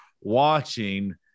watching